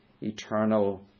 eternal